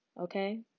okay